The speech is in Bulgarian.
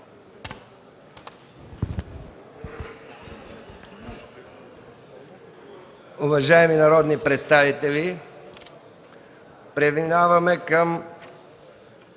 Уважаеми народни представители, преминаваме към